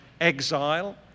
exile